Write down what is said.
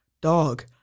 dog